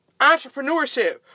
entrepreneurship